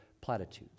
platitudes